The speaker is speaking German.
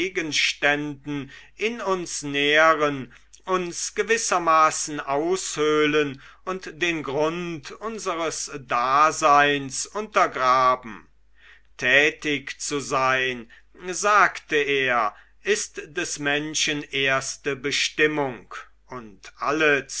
gegenständen in uns nähren uns gewissermaßen aushöhlen und den grund unseres daseins untergraben tätig zu sein sagte er ist des menschen erste bestimmung und alle